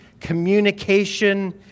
communication